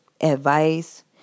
advice